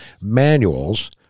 manuals